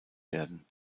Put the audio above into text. werden